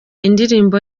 indirimbo